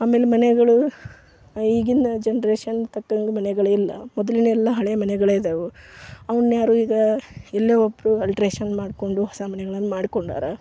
ಆಮೇಲೆ ಮನೆಗಳು ಈಗಿನ ಜನ್ರೇಷನಿಗೆ ತಕ್ಕಂಗೆ ಮನೆಗಳು ಇಲ್ಲ ಮೊದ್ಲಿನ ಎಲ್ಲ ಹಳೆಯ ಮನೆಗಳೇ ಇದಾವೆ ಅವನ್ನು ಯಾರೂ ಈಗ ಇಲ್ಲೇ ಒಬ್ಬರು ಆಲ್ಟ್ರೇಶನ್ ಮಾಡಿಕೊಂಡು ಹೊಸ ಮನೆಗಳನ್ನು ಮಾಡ್ಕೊಂಡಾರೆ